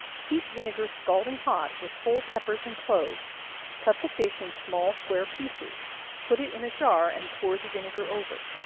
heat vinegar scalding hot, with whole peppers and cloves cut the fish in small square pieces put it in a jar, and pour the vinegar over.